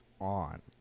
on